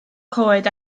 coed